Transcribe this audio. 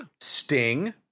sting